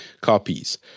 copies